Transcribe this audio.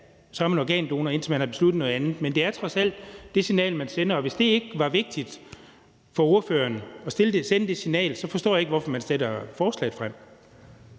så er folk organdonorer, indtil de har besluttet noget andet, men det er trods alt det signal, man sender. Og hvis det ikke var vigtigt for ordføreren at sende det signal, forstår jeg ikke, hvorfor man fremsætter forslaget.